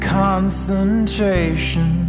concentration